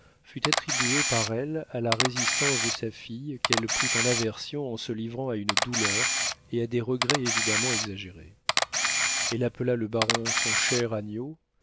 fut attribuée par elle à la résistance de sa fille qu'elle prit en aversion en se livrant à une douleur et à des regrets évidemment exagérés elle appela le baron son cher